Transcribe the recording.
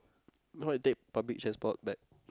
why you take public transport back